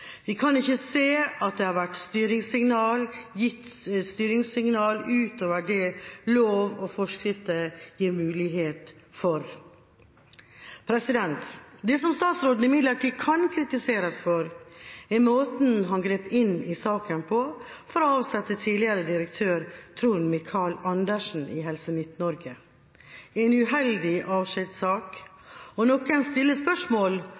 Vi kan ikke se at det har vært gitt styringssignaler utover det lov og forskrifter gir muligheter for. Det som statsråden imidlertid kan kritiseres for, er måten han grep inn i saken på for å avsette den tidligere direktøren, Trond Michael Andersen, i Helse Midt-Norge. Det var en uheldig avskjedigelsessak, og noen stiller spørsmål